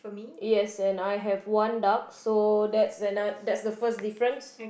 yes and I have one duck so that's ano~ that's the first difference